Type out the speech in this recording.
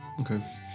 Okay